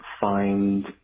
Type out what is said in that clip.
find